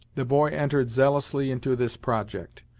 the boy entered zealously into this project,